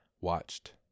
watched